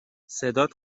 صدات